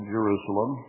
Jerusalem